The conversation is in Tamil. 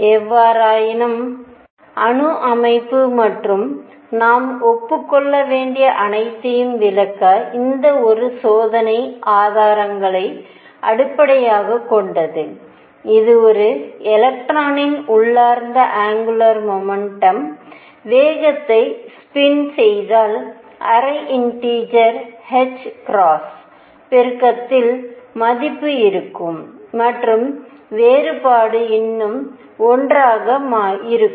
எவ்வாறாயினும் அணு அமைப்பு மற்றும் நாம் ஒப்புக் கொள்ள வேண்டிய அனைத்தையும் விளக்க இந்த ஒரு சோதனை ஆதாரங்களை அடிப்படையாகக் கொண்டது இது ஒரு எலக்ட்ரானின் உள்ளார்ந்த ஆங்குலர் முமெண்டம்வேகத்தை ஸ்பின் செய்தாள் அரை இண்டீஜர் பெருக்கத்தில் மதிப்பு இருக்கும் மற்றும் வேறுபாடு இன்னும் 1 ஆக இருக்கும்